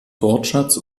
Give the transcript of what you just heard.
wortschatz